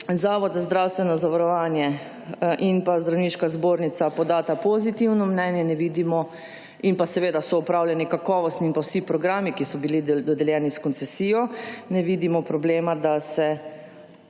Zavod za zdravstveno zavarovanje in pa Zdravniška zbornica podata pozitivno mnenje ne vidimo in pa seveda soupravljanje kakovostni in vsi programi, ki so bili dodeljene s koncesijo, ne vidimo problema, da se